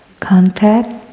contact,